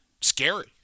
scary